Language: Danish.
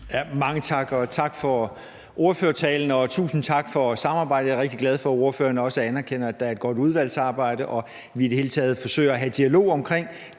Mange tak. Tak for ordførertalen, og tusind tak for samarbejdet. Jeg er rigtig glad for, at ordføreren også anerkender, at der er et godt udvalgsarbejde, og at vi i det hele taget forsøger at have dialog omkring